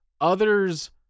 Others